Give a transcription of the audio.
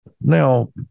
Now